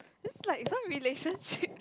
just like some relationships